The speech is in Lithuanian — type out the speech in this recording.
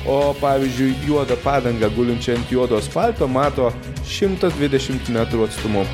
o pavyzdžiui juodą padangą gulinčią ant juodo asfalto mato šimto dvidešimt metrų atstumu